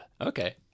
Okay